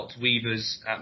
weavers